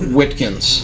Whitkins